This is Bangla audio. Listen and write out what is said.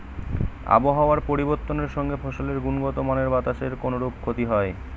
আবহাওয়ার পরিবর্তনের সঙ্গে ফসলের গুণগতমানের বাতাসের কোনরূপ ক্ষতি হয়?